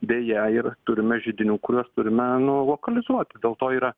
deja ir turime židinių kuriuos turime nu lokalizuoti dėl to yra